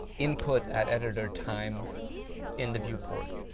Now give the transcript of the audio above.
input at editor time in the viewport.